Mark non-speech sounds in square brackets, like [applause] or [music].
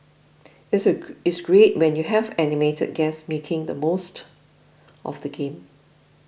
it's a [noise] it's great when you have animated guests making the most of the game